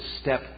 step